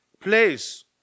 place